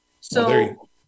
So-